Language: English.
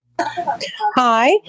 Hi